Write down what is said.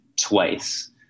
twice